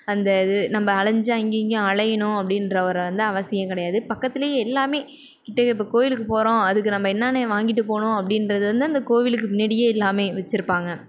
அந்த இது நம்ம அலைஞ்சு அங்கே இங்கேயும் அலையணும் அப்படின்ற ஒரு வந்து அவசியம் கிடையாது பக்கத்துலேயே எல்லாமே கிட்டேயே இப்போ கோவிலுக்கு போகிறோம் அதுக்கு நம்ம என்னென்ன வாங்கிட்டு போகணும் அப்படின்கிறது வந்து அந்த கோவிலுக்கு முன்னாடியே எல்லாமே வச்சிருப்பாங்க